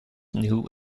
new